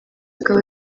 akaba